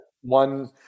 one